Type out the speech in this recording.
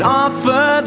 offer